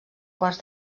quarts